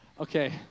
Okay